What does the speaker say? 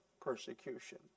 persecution